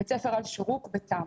בית ספר אל שורוק בטמרה.